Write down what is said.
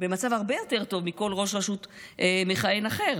במצב הרבה יותר טוב מכל ראש רשות מכהן אחר.